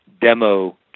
demo